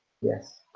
yes